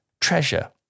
treasure